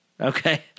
Okay